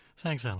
thanks, alan.